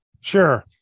Sure